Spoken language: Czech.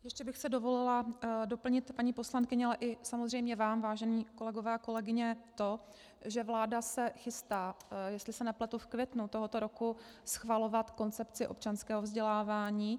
Ještě bych si dovolila doplnit, paní poslankyně, ale samozřejmě i vám, vážení kolegové a kolegyně, to, že vláda se chystá, jestli se nepletu v květnu tohoto roku, schvalovat koncepci občanského vzdělávání.